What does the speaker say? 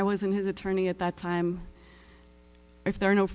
i was in his attorney at that time if there are no